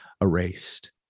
erased